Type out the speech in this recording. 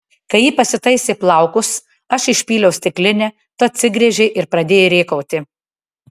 kai ji pasitaisė plaukus aš išpyliau stiklinę tu atsigręžei ir pradėjai rėkauti